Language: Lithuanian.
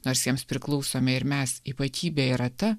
nors jiems priklausome ir mes ypatybė yra ta